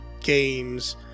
games